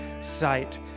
sight